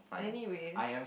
anyways